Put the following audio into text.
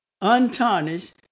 untarnished